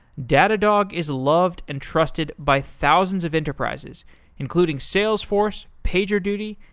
datadog is loved and trusted by thousands of enterprises including salesforce, pagerduty,